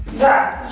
that